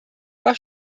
war